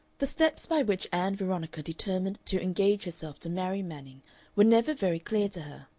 the steps by which ann veronica determined to engage herself to marry manning were never very clear to her.